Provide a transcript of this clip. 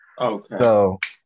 Okay